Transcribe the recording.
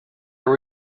are